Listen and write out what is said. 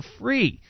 free